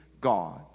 God